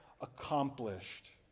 accomplished